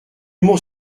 mont